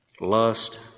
lust